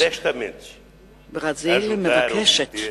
ברזיל מבקשת